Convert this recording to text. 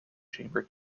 chamber